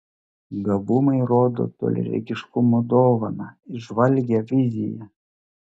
gabumai rodo toliaregiškumo dovaną įžvalgią viziją